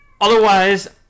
Otherwise